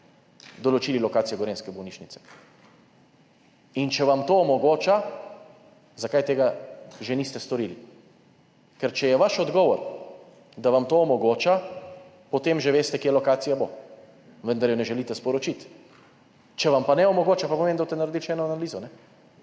določili lokacijo gorenjske bolnišnice? Če vam to omogoča, zakaj tega še niste storili? Ker če je vaš odgovor, da vam to omogoča, potem že veste, kje je bo lokacija, vendar je ne želite sporočiti. Če vam pa ne omogoča, pa pomeni, da boste naredili še eno analizo